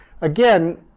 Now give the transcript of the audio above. again